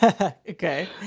okay